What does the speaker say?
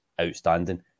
outstanding